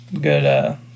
good